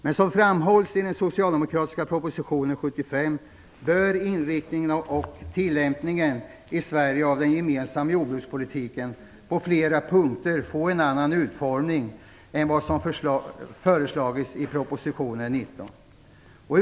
Men som framhålls i den socialdemokratiska propositionen nr 75 bör inriktningen på och tillämpningen av den gemensamma jordbrukspolitiken i Sverige på flera punkter få en annan utformning än vad som föreslagits i proposition 19.